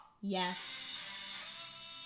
Yes